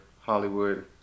Hollywood